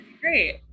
great